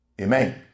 Amen